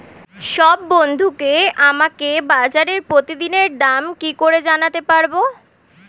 সব বন্ধুকে আমাকে বাজারের প্রতিদিনের দাম কি করে জানাতে পারবো?